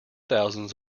thousands